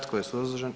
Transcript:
Tko je suzdržan?